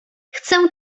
chcę